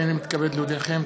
הנני מתכבד להודיעכם,